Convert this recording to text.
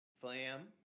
Flam